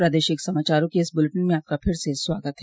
प्रादेशिक समाचारों के इस बुलेटिन में आपका फिर से स्वागत है